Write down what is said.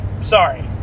Sorry